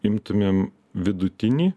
imtumėm vidutinį